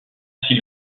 s’y